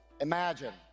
imagine